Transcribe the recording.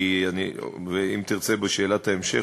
ואם תרצה בשאלת ההמשך,